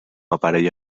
aparell